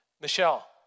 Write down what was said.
Michelle